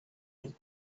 him